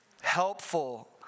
helpful